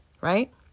Right